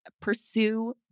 Pursue